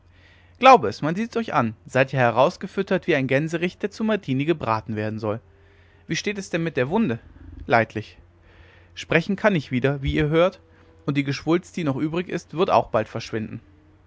glaube es man sieht es euch an seid ja herausgefüttert wie ein gänserich der zu martini gebraten werden soll wie steht es denn mit der wunde leidlich sprechen kann ich wieder wie ihr hört und die geschwulst die noch übrig ist wird wohl auch bald verschwinden